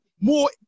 More